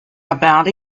about